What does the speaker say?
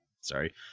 Sorry